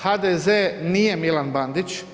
HDZ-e nije Milan Bandić.